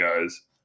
guys